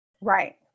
Right